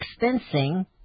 Expensing